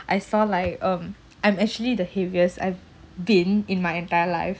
I saw like um I'm actually the heaviest I've been in my entire life